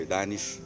Danish